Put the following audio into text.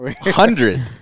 hundred